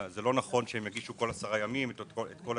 לא נכון שהם יגישו כל 10 ימים את הטפסים,